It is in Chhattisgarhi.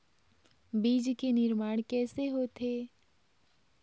बीज के निर्माण कैसे होथे?